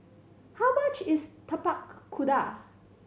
how much is Tapak Kuda